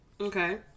Okay